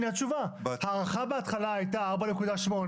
הנה התשובה: ההערכה בהתחלה הייתה 4.8